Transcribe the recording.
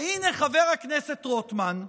והינה, חבר הכנסת רוטמן,